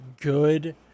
good